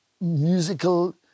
musical